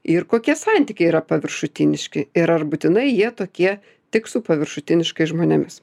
ir kokie santykiai yra paviršutiniški ir ar būtinai jie tokie tik su paviršutiniškais žmonėmis